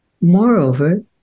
Moreover